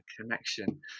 connection